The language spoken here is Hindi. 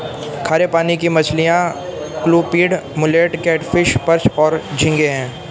खारे पानी की मछलियाँ क्लूपीड, मुलेट, कैटफ़िश, पर्च और झींगे हैं